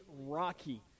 rocky